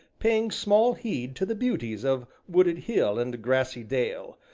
paying small heed to the beauties of wooded hill and grassy dale,